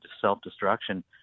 self-destruction